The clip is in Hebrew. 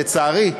לצערי,